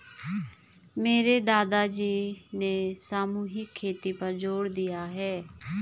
मेरे दादाजी ने सामूहिक खेती पर जोर दिया है